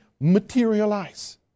materialize